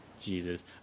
Jesus